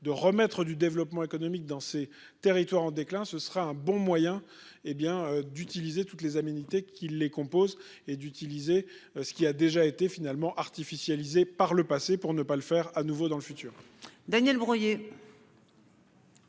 de remettre du développement économique dans ces territoires en déclin, ce sera un bon moyen. Hé bien d'utiliser toutes les aménité qui les composent et d'utiliser ce qui a déjà été finalement artificialiser par le passé pour ne pas le faire à nouveau dans le futur.